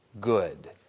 good